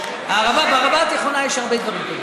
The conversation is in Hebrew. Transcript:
הערבה, בערבה התיכונה יש הרבה דברים טובים.